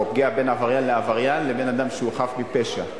פגיעה בין עבריין לעבריין לבין אדם שהוא חף מפשע.